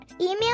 email